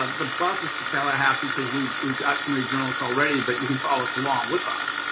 um the bus is to tallahassee, because we've got so many journalists already but you can follow us along with us.